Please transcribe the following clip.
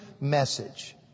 message